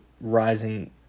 rising